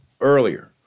earlier